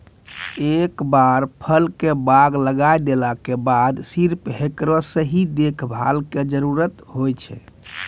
एक बार फल के बाग लगाय देला के बाद सिर्फ हेकरो सही देखभाल के जरूरत होय छै